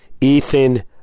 Ethan